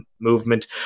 movement